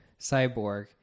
cyborg